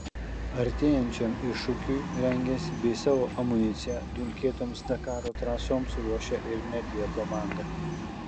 artėjančiam iššūkiui rengiasi bei savo amuniciją dulkėtoms dakaro trasoms ruošia ir media komanda